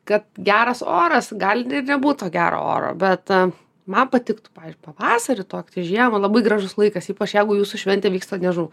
kad geras oras gali ir nebūt to gero oro bet man patiktų pavyzdžiui pavasarį tuoktis žiemą labai gražus laikas ypač jeigu jūsų šventė vyksta nežinau